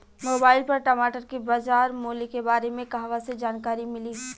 Mobile पर टमाटर के बजार मूल्य के बारे मे कहवा से जानकारी मिली?